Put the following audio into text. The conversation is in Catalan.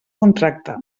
contracte